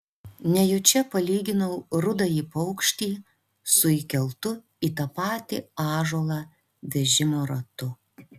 nejučia palyginau rudąjį paukštį su įkeltu į tą patį ąžuolą vežimo ratu